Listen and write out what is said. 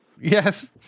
yes